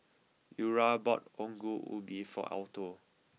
Eura bought Ongol Ubi for Alto